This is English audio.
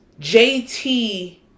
JT